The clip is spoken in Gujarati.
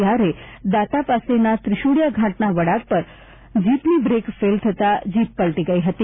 ત્યારે દાંતા પાસેના ત્રિશુળીયા ઘાટના વળાંક પર જીવની બ્રેક ફેઇલ થતા જીપ પલ્ટી ગઈ હતી